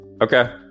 Okay